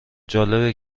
جالبه